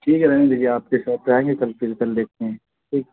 ٹھیک ہے رہنے دیجیے آپ کی شاپ پہ آئیں گے کل پھر کل دیکھتے ہیں ٹھیک